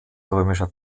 römischer